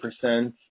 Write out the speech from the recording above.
percent